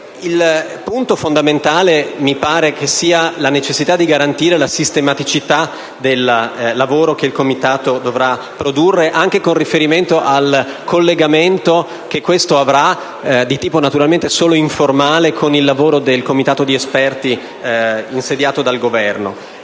Il punto fondamentale mi pare sia la necessità di garantire la sistematicità del lavoro che il Comitato dovrà produrre, anche con riferimento al collegamento che questo avrà, naturalmente di tipo solo informale, con il lavoro del Comitato di esperti insediato al Governo.